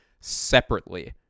separately